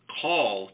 call